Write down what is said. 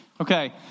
Okay